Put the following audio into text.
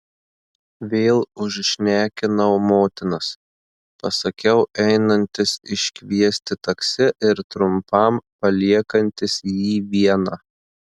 vėl užšnekinau motinas pasakiau einantis iškviesti taksi ir trumpam paliekantis jį vieną